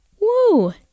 Woo